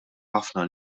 ħafna